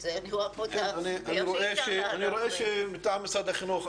זה --- אני רואה שמטעם משרד החינוך,